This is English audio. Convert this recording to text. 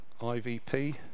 IVP